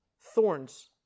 thorns